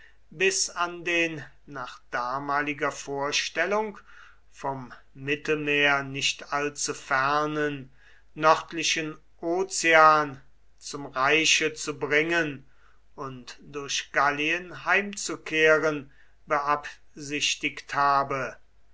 bis an den nach damaliger vorstellung vom mittelmeer nicht allzu fernen nördlichen ozean zum reiche zu bringen und durch gallien heimzukehren beabsichtigt habe